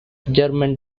german